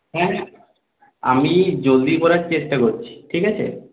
হ্যাঁ আমি জলদি করার চেষ্টা করছি ঠিক আছে